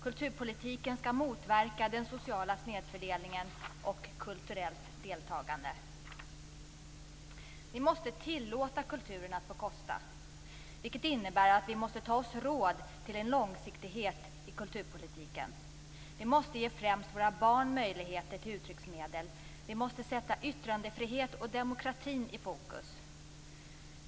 Kulturpolitiken skall motverka den sociala snedfördelningen och medverka till kulturellt deltagande. Vi måste tillåta kulturen att få kosta, vilket innebär att vi måste ta oss råd till en långsiktighet i kulturpolitiken. Vi måste ge främst våra barn möjligheter till uttrycksmedel. Vi måste sätta yttrandefriheten och demokratin i fokus.